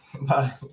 Bye